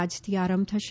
આજથી આરંભ થશે